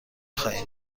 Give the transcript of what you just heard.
خواهیم